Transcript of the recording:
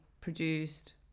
produced